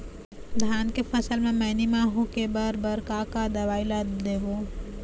धान के फसल म मैनी माहो के बर बर का का दवई ला देबो?